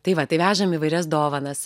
tai va tai vežam įvairias dovanas